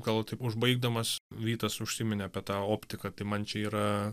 gal taip užbaigdamas vytas užsiminė apie tą optiką tai man čia yra